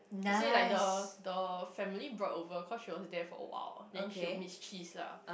she say like the the family brought over cause she's there for a while then she will miss cheese lah